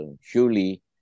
surely